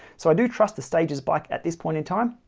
so i do trust the stages bike at this point in time.